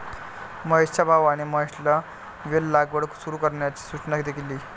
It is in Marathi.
महेशच्या भावाने महेशला वेल लागवड सुरू करण्याची सूचना केली